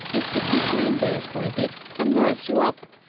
is to keep you indoors for a bit, and nurse you up.